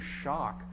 shock